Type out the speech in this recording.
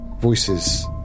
Voices